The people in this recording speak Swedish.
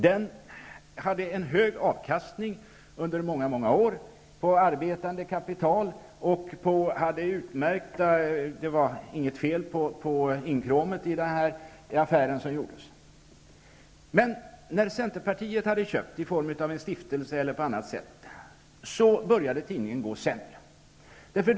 Den hade under många år en hög avkastning på arbetande kapital, och det var inget fel på inkråmet i affären som gjordes. Men när Centerpartiet hade köpt den i form av en stiftelse eller på annat sätt, började tidningen gå sämre.